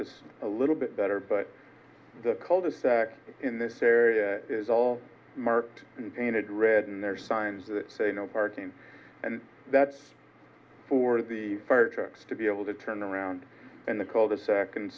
a little bit better but the cul de sac in this area is all marked and painted red and there are signs that say no parking that's for the fire trucks to be able to turn around in the cul de sac and